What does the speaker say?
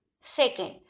Second